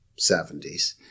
70s